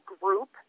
group